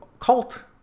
cult